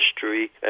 history